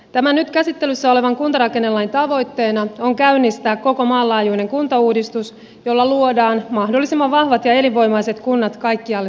tämän nyt käsittelyssä olevan kuntarakennelain tavoitteena on käynnistää koko maan laajuinen kuntauudistus jolla luodaan mahdollisimman vahvat ja elinvoimaiset kunnat kaikkialle suomeen